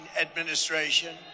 administration